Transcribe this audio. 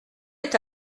est